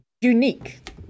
unique